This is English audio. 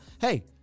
Hey